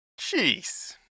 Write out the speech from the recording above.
Jeez